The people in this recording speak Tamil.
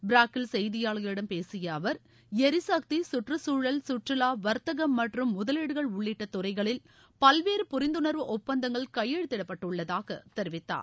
பிராக்கில் செய்தியாளர்களிடம் பேசிய அவர் எரிசக்தி சுற்றுச்சூழல் சுற்றுலா வர்த்தகம் மற்றும் முதலீகள் உள்ளிட்ட துறைகளில் பல்வேறு புரிந்துணர்வு ஒப்பந்தங்கள் கையெழுத்திடப்பட்டுள்ளதாக தெரிவித்தார்